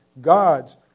God's